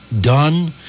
done